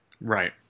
Right